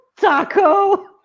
Taco